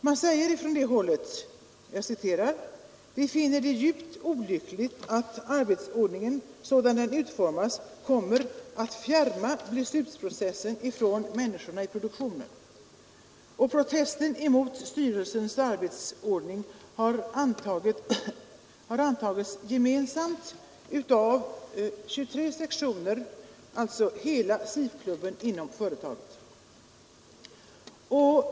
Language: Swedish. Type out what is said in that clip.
Man säger från detta håll: ”Vi finner det djupt olyckligt att arbetsordningen sådan den utformats kommer att fjärma beslutsprocessen från människorna i produktionen.” Och protesten mot styrelsens arbetsordning har antagits gemensamt av 23 sektioner, dvs. hela SIF-klubben inom företaget.